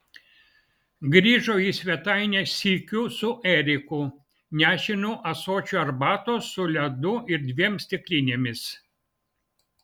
grįžo į svetainę sykiu su eriku nešinu ąsočiu arbatos su ledu ir dviem stiklinėmis